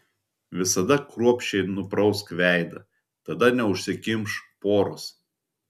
visada kruopščiai nuprausk veidą tada neužsikimš poros